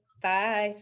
Bye